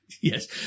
Yes